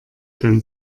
denn